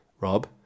Rob